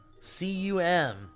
C-U-M